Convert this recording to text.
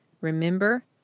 Remember